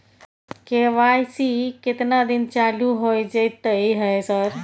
KYC केतना दिन चालू होय जेतै है सर?